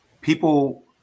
people